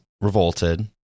revolted